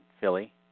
philly